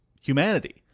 humanity